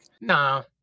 no